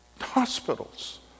Hospitals